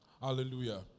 Hallelujah